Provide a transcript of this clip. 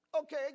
Okay